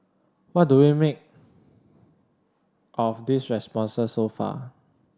what do we make of these responses so far